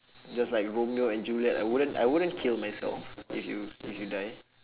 just like romeo and juliet I wouldn't I wouldn't kill myself if you if you die